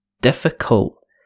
Difficult